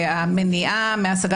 שיירשמו.